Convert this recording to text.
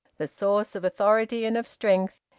the source of authority and of strength,